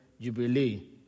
jubilee